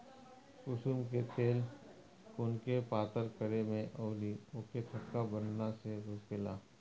कुसुम के तेल खुनके पातर करे में अउरी ओके थक्का बनला से रोकेला